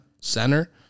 Center